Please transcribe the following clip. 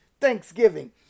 thanksgiving